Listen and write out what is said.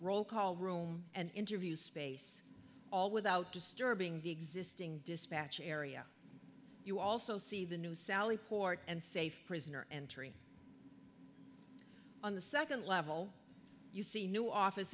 rollcall room and interview space all without disturbing the existing dispatch area you also see the new sally port and safe prisoner entering on the second level you see new office